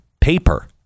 Paper